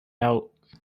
out